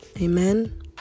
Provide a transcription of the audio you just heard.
Amen